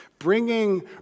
Bringing